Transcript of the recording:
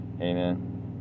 Amen